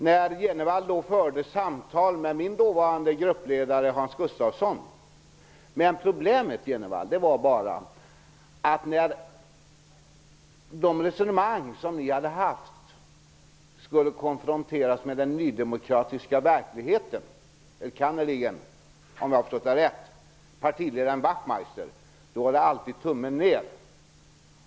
Då förde Bo G Jenevall samtal med min dåvarande gruppledare Hans Gustafsson, men problemet var bara att när de resonemang som ni hade fört skulle konfronteras med den nydemokratiska verkligheten, enkannerligen partiledaren Wachtmeister om jag har förstått det rätt, var det alltid tummen ner.